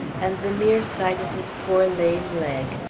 and the mere sight of his poor lame leg,